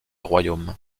royaume